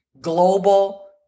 global